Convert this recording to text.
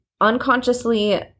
unconsciously